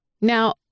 Now